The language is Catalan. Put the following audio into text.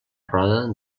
roda